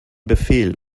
befehl